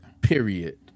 Period